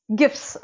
gifts